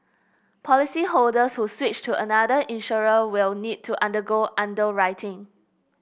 policyholders who switch to another insurer will need to undergo underwriting